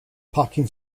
parking